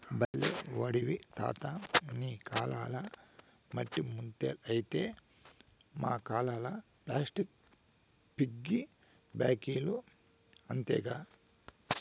బల్లే ఓడివి తాతా నీ కాలంల మట్టి ముంతలైతే మా కాలంల ప్లాస్టిక్ పిగ్గీ బాంకీలు అంతేగా